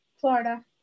Florida